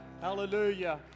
Hallelujah